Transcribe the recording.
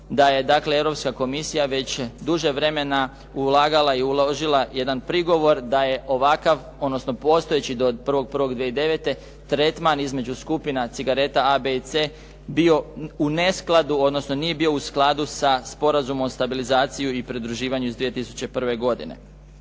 da je, dakle Europska komisija već duže vremena ulagala i uložila jedan prigovor da je ovakav, odnosno postojeći do 1.1.2009. tretman između skupina cigareta A, B i C bio u neskladu, odnosno nije bio u skladu sa Sporazumom o stabilizaciji i pridruživanju iz 2001. godine.